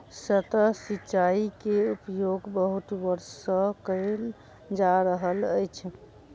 सतह सिचाई के उपयोग बहुत वर्ष सँ कयल जा रहल अछि